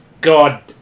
God